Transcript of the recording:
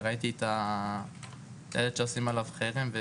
ראיתי את הילד שעשו עליו חרם.